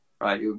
right